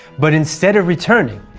but instead of returning,